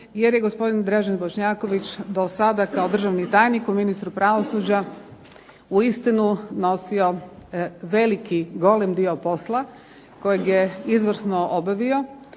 jer je gospodin Dražen Bošnjaković do sada kao državni tajnik u Ministarstvu pravosuđa uistinu nosio veliki golem dio posla, kojeg je izvrsno obavio.